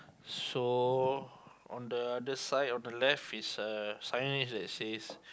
so on the other side on the left is a signage that it says